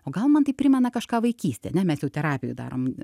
o gal man tai primena kažką vaikystę ane mes jau terapijoj darom